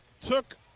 took